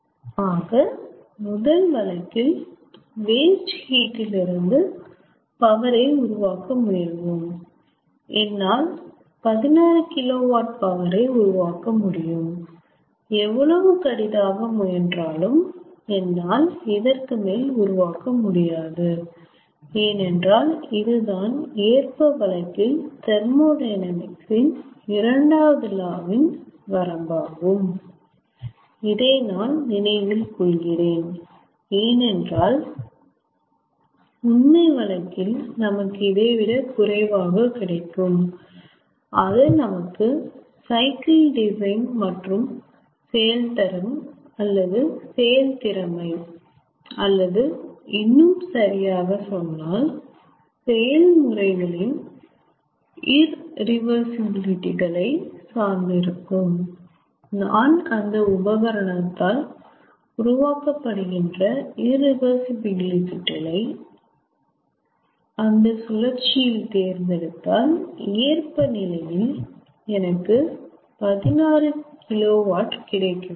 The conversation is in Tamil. ஆக முதல் வழக்கில் வேஸ்ட் ஹீட் இல் இருந்து பவர் ஐ உருவாக்க முயல்வோம் என்னால் 16KW பவர் ஐ உருவாக்க முடியும் எவ்வளவு கடிதாக முயன்றாலும் என்னால் இதற்கு மேல் உருவாக்க முடியாது ஏனென்றல் இது தான் ஏற்ப வழக்கில் தெர்மோடையனாமிக்ஸ் இன் இரண்டாவது லா இன் வரம்பாகும் இதை நான் நினைவில் கொள்கிறேன் ஏனென்றால் உண்மை வழக்கில் நமக்கு இதை விட குறைவாக கிடைக்கும் அது நமக்கு சைக்கிள் டிசைன் மட்டும் செயல்திறம் அல்லது செயல்திறமை அல்லது இன்னும் சரியாக சொன்னால் செயல்முறைகளின் இரிவர்சிபிலிட்டி களை சார்ந்து இருக்கும் நான் அந்த உபகரணத்தால் உருவாக்க படுகின்ற இரிவர்சிபிலிட்டி களை அந்த சுழற்சியில் தேர்ந்தெடுத்தால் ஏற்ப நிலையில் எனக்கு 16KW கிடைக்க வேண்டும்